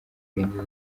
kurinda